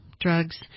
drugs